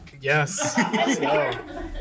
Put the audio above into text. Yes